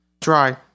try